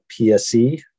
PSE